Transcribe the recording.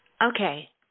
Okay